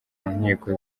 nkiko